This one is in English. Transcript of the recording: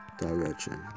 direction